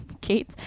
kate